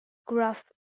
gruff